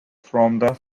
from